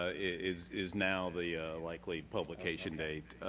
ah is is now the likely publication date.